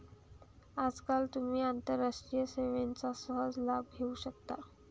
आजकाल तुम्ही आंतरराष्ट्रीय सेवांचा सहज लाभ घेऊ शकता